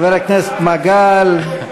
חבר הכנסת מגל,